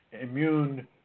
immune